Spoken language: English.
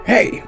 Hey